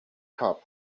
cub